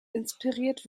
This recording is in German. inspiriert